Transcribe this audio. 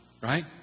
right